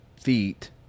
Feet